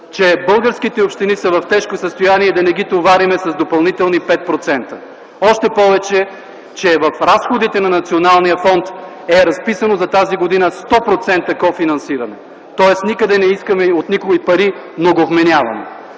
че българските общини са в тежко състояние и да не ги товарим с допълнителни 5%, още повече, че в разходите на националния фонд е разписано за тази година 100% кофинансиране. Тоест никъде от никой не искаме пари, но го вменяваме.